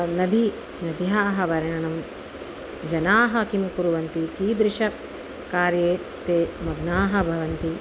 नदी नद्याः वर्णनं जनाः किं कुर्वन्ति कीदृशे कार्ये ते मग्नाः भवन्ति